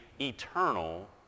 eternal